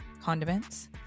condiments